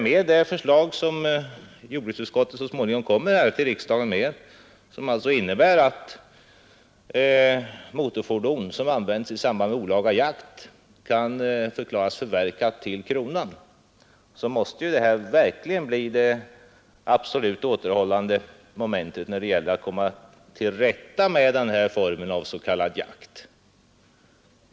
Med det förslag som jordbruksutskottet så småningom kommer till riksdagen med och som innebär att motorfordon som används i samband med olaga jakt kan förklaras förverkat till kronan måste detta verkligen bli det absolut återhållande momentet när det gäller att komma till rätta med denna form av s.k. jakt.